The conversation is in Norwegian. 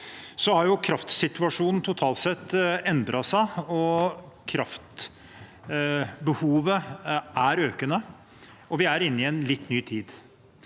Kraftsituasjonen totalt sett har jo endret seg, kraftbehovet er økende, og vi er inne i en litt ny tid.